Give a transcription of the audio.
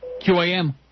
QAM